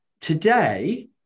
today